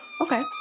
Okay